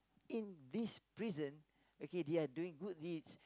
in this prison okay they are doing good deeds